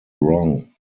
wrong